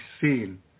seen